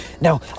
Now